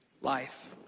life